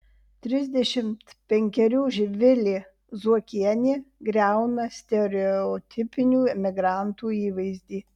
trisdešimt penkerių živilė zuokienė griauna stereotipinių emigrantų įvaizdį